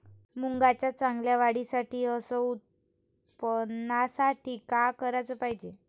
मुंगाच्या चांगल्या वाढीसाठी अस उत्पन्नासाठी का कराच पायजे?